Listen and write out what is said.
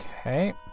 Okay